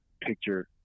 picture